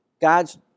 God's